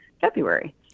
February